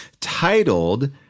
titled